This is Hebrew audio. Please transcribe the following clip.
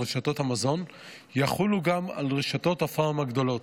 רשתות המזון יחולו גם על רשתות הפארם הגדולות.